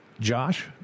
Josh